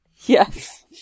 Yes